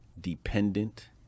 dependent